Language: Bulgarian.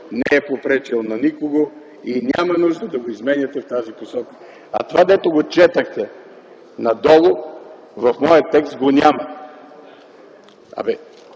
не е попречил на никого и няма нужда да го изменяте в тази посока. А това, което четохте надолу, в моя текст го няма!